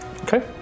Okay